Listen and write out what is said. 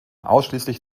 ausschließlich